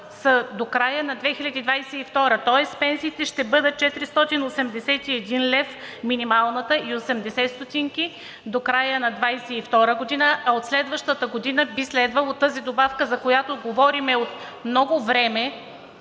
са до края на 2022 г., тоест пенсиите ще бъдат 481,80 лв. минималната до края на 2022 г., а от следващата година би следвало тази добавка, за която говорим от много време,